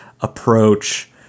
approach